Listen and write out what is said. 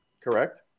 Correct